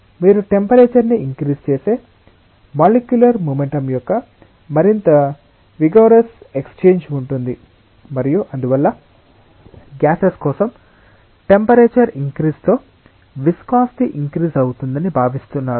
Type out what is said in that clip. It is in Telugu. మీరు టెంపరేచర్ ని ఇన్క్రిజ్ చేస్తే మాలిక్యులర్ మొమెంటం యొక్క మరింత విగారోస్ ఎక్స్చేంజ్ ఉంటుంది మరియు అందువల్ల గ్యాసెస్ కోసం టెంపరేచర్ ఇన్క్రిజ్ తో విస్కాసిటి ఇన్క్రిజ్ అవుతుందని భావిస్తున్నారు